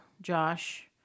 Josh